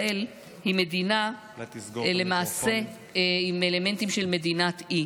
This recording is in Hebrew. למעשה ישראל היא מדינה עם אלמנטים של מדינת אי,